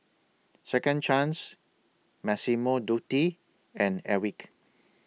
Second Chance Massimo Dutti and Airwick